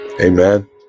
amen